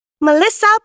Melissa